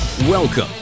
Welcome